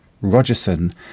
Rogerson